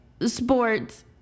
sports